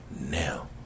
now